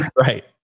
right